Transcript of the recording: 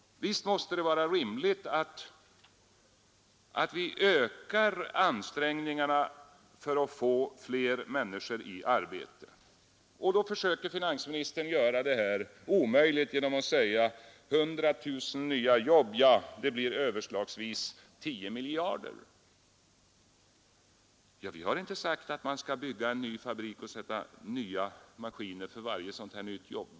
Visst måste det vara rimligt att vi ökar ansträngningarna för att få fler människor i arbete. Finansministern försöker göra det omöjligt genom att säga att 100 000 nya jobb överslagsvis skulle kosta 10 miljarder. Men vi har inte sagt att man skall bygga en ny fabrik och skaffa nya maskiner för varje nytt jobb.